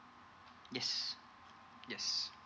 yes yes